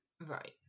Right